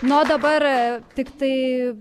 na o dabar tiktai